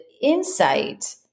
insight